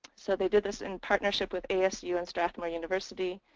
so they did this in partnership with asu and strathmore university.